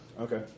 Okay